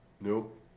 Nope